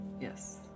Yes